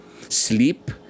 sleep